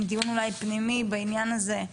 דיון אולי פנימי בעניין הזה.